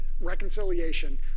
reconciliation